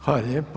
Hvala lijepo.